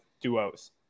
duos